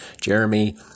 Jeremy